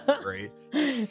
great